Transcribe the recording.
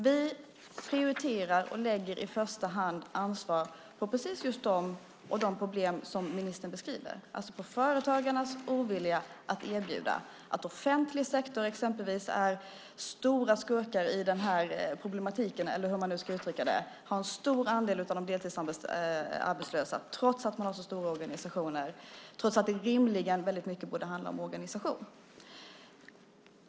Vi prioriterar och lägger ansvaret i första hand på dem och på de problem som ministern beskriver, alltså på företagarnas ovilja att erbjuda heltid. Offentlig sektor är stora skurkar i det här problemet och har en stor andel av de deltidsarbetslösa trots att man har så stora organisationer och trots att det rimligen borde handla om organisation.